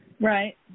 Right